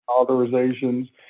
authorizations